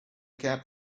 cap